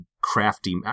crafty